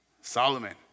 Solomon